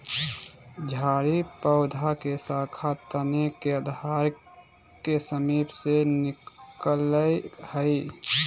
झाड़ी पौधा के शाखा तने के आधार के समीप से निकलैय हइ